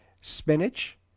spinach